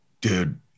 Dude